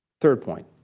third point,